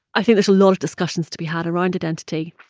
i think there's a lot of discussions to be had around identity.